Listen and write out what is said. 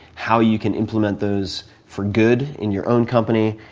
how you can implement those for good in your own company,